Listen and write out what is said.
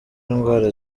indwara